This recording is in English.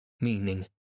meaning